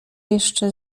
jeszcze